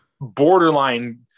borderline